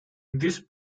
this